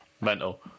Mental